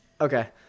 okay